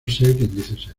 ser